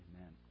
Amen